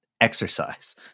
exercise